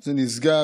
זה נסגר.